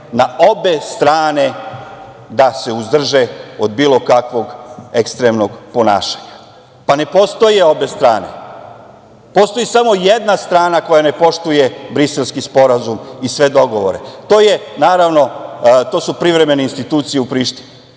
na obe strane da se uzdrže od bilo kakvog ekstremnog ponašanja. Ne postoje obe strane, postoji samo jedna strana koja ne poštuje Briselski sporazum i sve dogovore. To su, naravno, privremene institucije u Prištini.